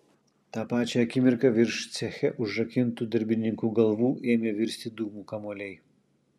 tą pačią akimirką virš ceche užrakintų darbininkų galvų ėmė virsti dūmų kamuoliai